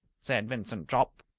said vincent jopp.